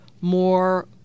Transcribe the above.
more